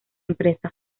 empresa